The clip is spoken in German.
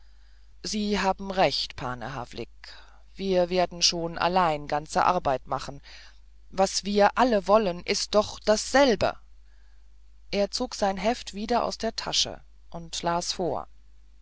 sie haben recht pane havlik wir werden schon allein ganze arbeit machen was wir alle wollen ist doch dasselbe er zog sein heft wieder aus der tasche und las vor